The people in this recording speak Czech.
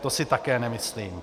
To si také nemyslím.